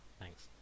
Thanks